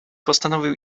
postanowił